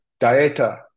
dieta